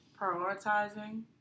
prioritizing